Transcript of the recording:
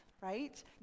right